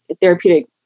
therapeutic